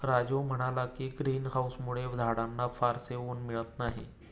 राजीव म्हणाला की, ग्रीन हाउसमुळे झाडांना फारसे ऊन मिळत नाही